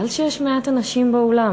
מזל שיש מעט אנשים באולם,